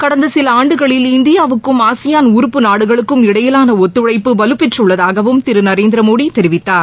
கடந்த சில ஆண்டுகளில் இந்தியாவுக்கும் ஆசியான் உறுப்பு நாடுகளுக்கும் இடையிலாள ஒத்துழைப்பு வலுப்பெற்றுள்ளதாகவும் திரு நரேந்திர மோடி தெரிவித்தார்